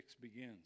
begins